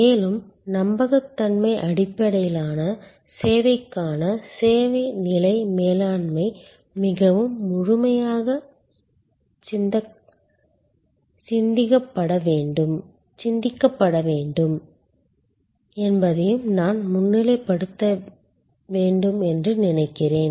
மேலும் நம்பகத்தன்மை அடிப்படையிலான சேவைக்கான சேவை நிலை மேலாண்மை மிகவும் முழுமையாக சிந்திக்கப்பட வேண்டும் என்பதையும் நான் முன்னிலைப்படுத்த வேண்டும் என்று நினைக்கிறேன்